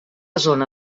zona